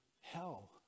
hell